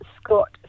Scott